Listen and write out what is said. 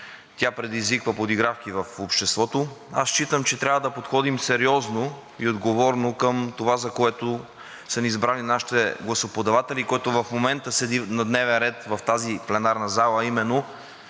тя предизвиква подигравки в обществото. Аз считам, че трябва да подходим сериозно и отговорно към това, за което са ни избрали нашите гласоподаватели и което в момента стои на дневен ред в тази пленарна зала, а именно: